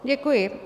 Děkuji.